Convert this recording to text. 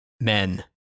men